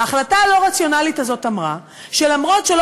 ההחלטה הלא-רציונלית הזאת אמרה שלמרות שלא